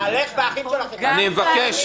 בעלך והאחים שלך --- אני מבקש.